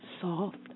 soft